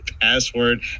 password